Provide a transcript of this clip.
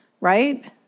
right